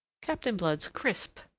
captain blood's crisp,